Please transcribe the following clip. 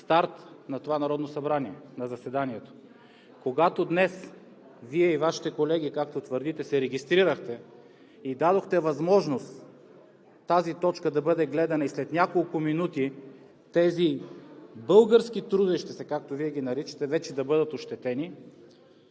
старт на това Народно събрание, на заседанието, когато днес Вие и Вашите колеги, както твърдите, се регистрирахте и дадохте възможност тази точка да бъде гледана и след няколко минути тези български трудещите се, както Вие ги наричате, вече да бъдат ощетени